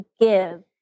give